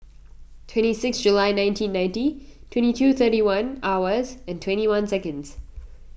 twenty six July nineteen ninety twenty two thirty one hours and twenty one seconds